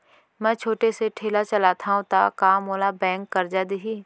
मैं छोटे से ठेला चलाथव त का मोला बैंक करजा दिही?